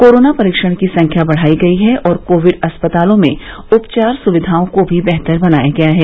corona परीक्षण की संख्या बढ़ाई गई है और कोविड अस्पतालों में उपचार सुविधाओं को भी बेहतर बनाया गया है